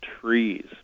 trees